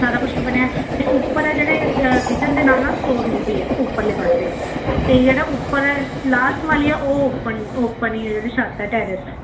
ਸਾਰਾ ਕੁਛ ਬਣਿਆ ਅਤੇ ਉੱਪਰ ਆ ਜਿਹੜੇ ਕਿਚਨ ਦੇ ਨਾਲ ਨਾਲ ਸਟੋਰ ਰੂਮ ਵੀ ਹੈ ਉੱਪਰਲੇ ਪਾਸੇ ਅਤੇ ਜਿਹੜਾ ਉੱਪਰ ਹੈ ਲਾਸਟ ਵਾਲੀ ਆ ਉਹ ਓਪਨ ਓਪਨ ਹੀ ਜਿਹੜੀ ਛੱਤ ਟੈਰਿਸ ਹੈ